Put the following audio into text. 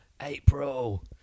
April